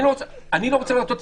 אני לא רוצה לרצות.